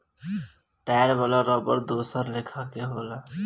tyre वाला रबड़ दोसर लेखा होला